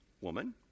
Woman